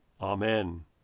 Amen